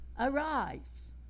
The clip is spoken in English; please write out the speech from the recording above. Arise